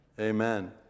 Amen